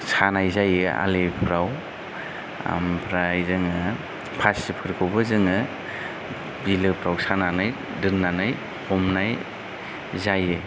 सानाय जायो आलिफ्राव आमफ्राय जोङो फासिफोरखौबो जोङो बिलोफ्राव सानानै दोननानै हमनाय जायो